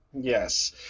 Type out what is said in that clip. Yes